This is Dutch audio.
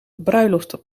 bruiloft